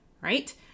right